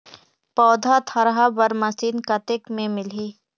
पौधा थरहा बर मशीन कतेक मे मिलही?